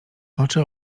oczy